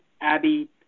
Abby